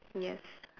yes